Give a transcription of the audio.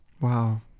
Wow